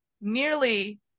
nearly